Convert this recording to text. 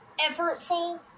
effortful